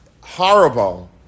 horrible